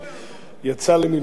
טוב, מאה אחוז,